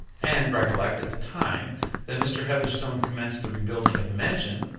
and recollect, at the time that mr. heatherstone commenced the rebuilding of the mansion,